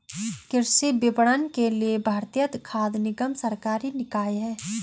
कृषि विपणन के लिए भारतीय खाद्य निगम सरकारी निकाय है